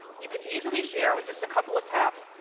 you can easily share, with just a couple of taps,